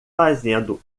fazendo